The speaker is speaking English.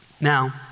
Now